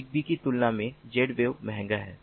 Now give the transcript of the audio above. Zigbee की तुलना में Zwave महंगा है